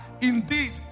indeed